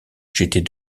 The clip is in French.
j’étais